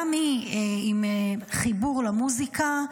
גם היא עם חיבור למוזיקה,